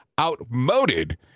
outmoded